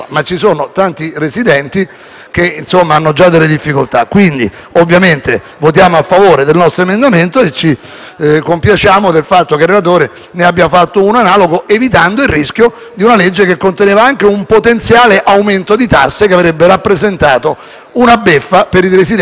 che hanno già delle difficoltà. Voteremo quindi a favore del nostro emendamento e ci compiacciamo del fatto che il relatore ne abbia fatto uno analogo, evitando il rischio di una legge che contenesse anche un potenziale aumento di tasse, che avrebbe rappresentato una beffa per i residenti nelle isole minori.